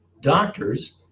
doctors